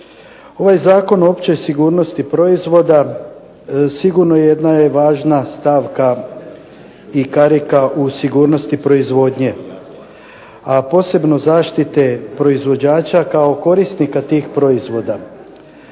ovaj Zakon o općoj sigurnosti proizvoda sigurno jedna je važna stavka i karika u sigurnosti proizvodnje, a posebno zaštite proizvođača kao korisnika tih proizvoda.